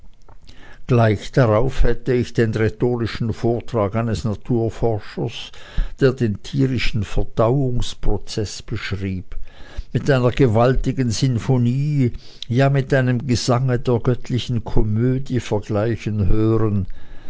gleich darauf hätte ich den rhetorischen vortrag eines naturforschers der den tierischen verdauungsprozeß beschrieb mit einer gewaltigen symphonie ja mit einem gesange der göttlichen komödie vergleichen hören